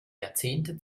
jahrzehnte